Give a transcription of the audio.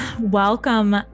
welcome